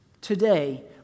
today